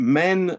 men